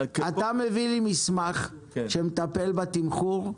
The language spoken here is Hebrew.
אבנר, אתה מביא לי מסמך שמטפל בתמחור.